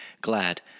glad